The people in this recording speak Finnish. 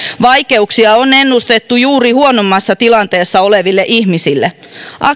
vaikeuksia on ennustettu juuri huonommassa tilanteessa oleville ihmisille